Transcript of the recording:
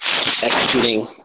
executing